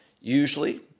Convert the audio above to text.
usually